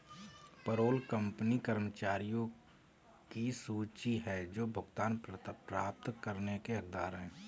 payroll company के कर्मचारियों की सूची है जो भुगतान प्राप्त करने के हकदार हैं